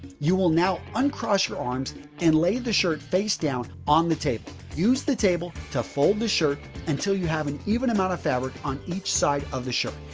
you will now uncross your arms and lay the shirt face down on the table. use the table to fold the shirt until you have an even amount of fabric on each side of the shirt.